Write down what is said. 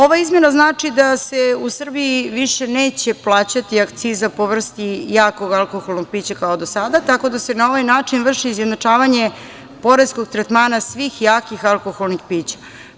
Ova izmena znači da se u Srbiji više neće plaćati akciza po vrsti jakog alkoholnog pića, kao do sada, tako da se na ovaj način vrši izjednačavanje poreskog tretmana svih jakih alkoholnih pića.